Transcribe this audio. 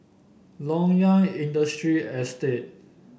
Loyang Industry Estate